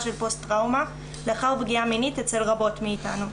של פוסט טראומה לאחר פגיעה מינית אצל רבות מאתנו.